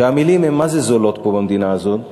המילים הן מה-זה זולות פה במדינה הזאת.